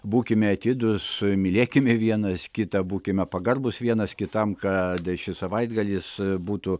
būkime atidūs mylėkime vienas kitą būkime pagarbūs vienas kitam kad šis savaitgalis būtų